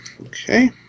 Okay